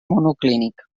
monoclínic